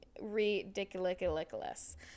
ridiculous